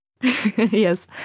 Yes